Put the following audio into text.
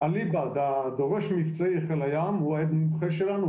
אליבא דדורש מבצעי חיל הים הוא העד מומחה שלנו,